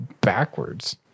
backwards